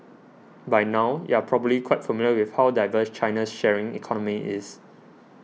by now you're probably quite familiar with how diverse China's sharing economy is